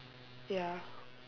ya